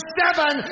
seven